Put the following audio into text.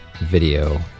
video